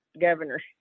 Governor